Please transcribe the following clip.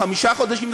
לחמשת החודשים,